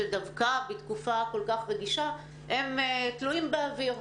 שדווקא בתקופה כל כך רגישה הם תלויים באוויר.